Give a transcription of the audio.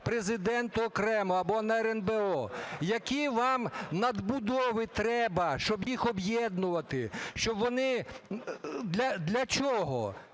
Президенту окремо або на РНБО. Які вам надбудови треба, щоб їх об'єднувати, щоб вони…